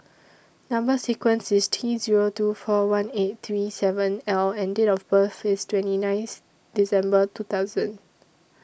Number sequence IS T Zero two four one eight three seven L and Date of birth IS twenty ninth December two thousand